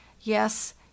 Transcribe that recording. yes